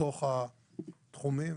בתוך התחומים,